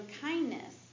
kindness